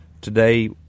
today